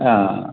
ஆ